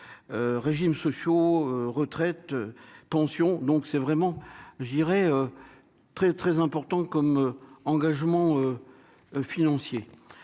régimes sociaux, retraites, pensions, donc c'est vraiment je dirais très très important comme engagement financier,